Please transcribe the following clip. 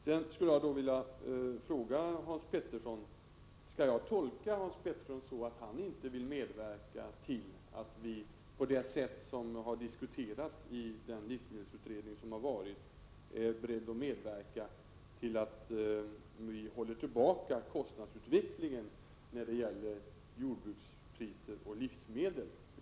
Sedan skulle jag vilja fråga Hans Petersson: Skall jag tolka Hans Peterssons uttalande så, att han inte vill medverka till att på det sätt som har diskuterats i livsmedelsutredningen hålla tillbaka kostnadsutvecklingen när det gäller priserna på jordbruksprodukter och livsmedel?